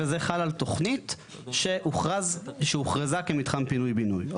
וזה חל על תוכנית שהוכרזה כמתחם פינוי בינוי.